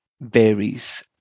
varies